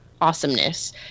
awesomeness